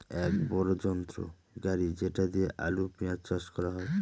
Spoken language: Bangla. এক বড়ো যন্ত্র গাড়ি যেটা দিয়ে আলু, পেঁয়াজ চাষ করা হয়